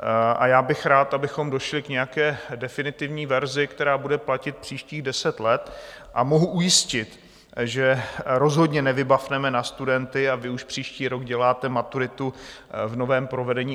A já bych rád, abychom došli k nějaké definitivní verzi, která bude platit příštích deset let, a mohu ujistit, že rozhodně nevybafneme na studenty: Vy už příští rok děláte maturitu v novém provedení.